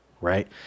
right